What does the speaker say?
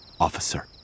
officer